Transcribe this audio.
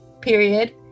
period